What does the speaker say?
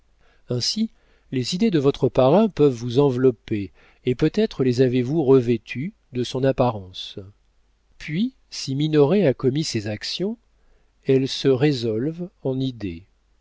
ainsi les idées de votre parrain peuvent vous envelopper et peut-être les avez-vous revêtues de son apparence puis si minoret a commis ces actions elles se résolvent en idées